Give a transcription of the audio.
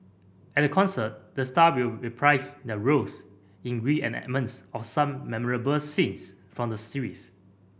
at the concert the star will reprise their roles in reenactments of some memorable scenes from the series